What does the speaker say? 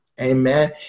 Amen